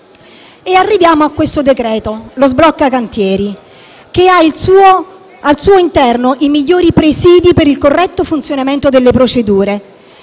decreto-legge in esame, lo sblocca cantieri, che ha al suo interno i migliori presidi per il corretto funzionamento delle procedure.